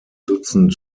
dutzend